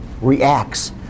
reacts